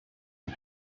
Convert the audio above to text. had